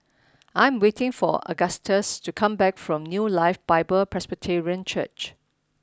I am waiting for Agustus to come back from New Life Bible Presbyterian Church